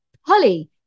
Holly